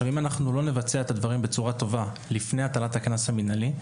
אם אנחנו לא נבצע את הדברים בצורה טובה לפני הטלת הקנס המנהלי,